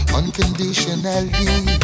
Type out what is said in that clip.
unconditionally